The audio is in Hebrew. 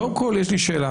קודם כל יש לי שאלה,